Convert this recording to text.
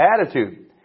attitude